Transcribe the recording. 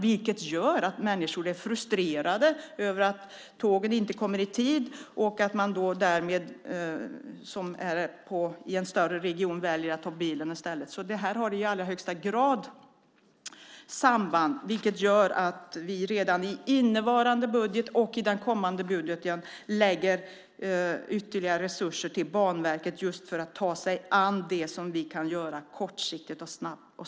Dessa gör att människor är frustrerade över att tågen inte kommer i tid och att man därmed i en större region väljer att ta bilen i stället. Det här har i allra högsta grad samband, vilket gör att vi redan i innevarande budget och i den kommande budgeten ger ytterligare resurser till Banverket för att ta sig an det vi kan göra kortsiktigt och snabbt.